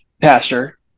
pastor